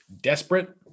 desperate